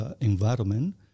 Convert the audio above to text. environment